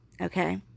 okay